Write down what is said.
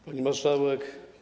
Pani Marszałek!